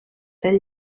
del